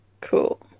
Cool